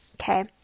Okay